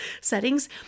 settings